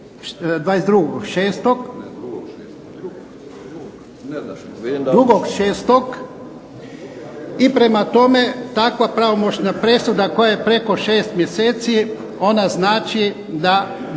2.6 i prema tome takva pravomoćna presuda koja je preko 6 mjeseci ona znači da mu